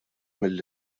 mill